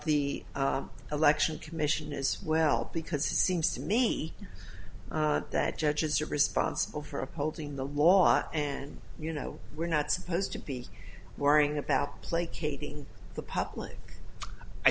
the election commission as well because it seems to me that judges are responsible for upholding the law and you know we're not supposed to be worrying about placating the public i